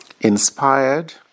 Inspired